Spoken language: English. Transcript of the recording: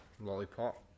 Lollipop